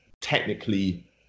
technically